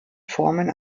formen